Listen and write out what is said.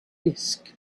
disk